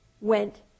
went